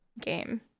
game